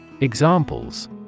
Examples